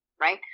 Right